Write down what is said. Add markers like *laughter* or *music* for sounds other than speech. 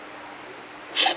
*breath*